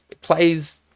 plays